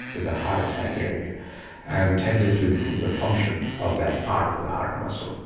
to the heart attack area and tended to improve the function of that part of the heart muscle.